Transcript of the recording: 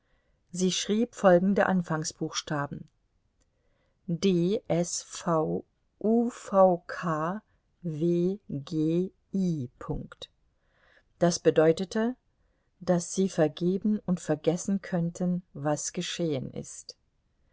sie schrieb folgende anfangsbuchstaben d s v u v k w g i das bedeutete daß sie vergeben und vergessen könnten was geschehen ist